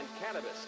Cannabis